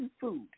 food